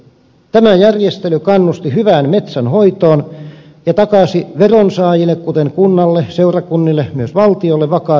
tämä järjestely kannusti hyvään metsänhoitoon ja takasi veronsaajille kuten kunnalle seurakunnille myös valtioille vakaat verotulot